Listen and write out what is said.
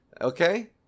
Okay